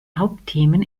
hauptthemen